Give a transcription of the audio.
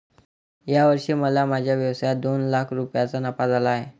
या वर्षी मला माझ्या व्यवसायात दोन लाख रुपयांचा नफा झाला आहे